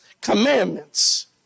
commandments